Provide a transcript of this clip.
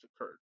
occurred